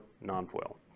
non-foil